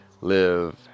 live